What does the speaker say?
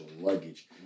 luggage